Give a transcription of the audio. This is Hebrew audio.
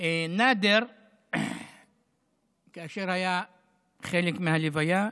נאדר היה בהלוויה,